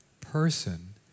person